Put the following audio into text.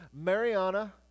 Mariana